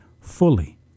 fully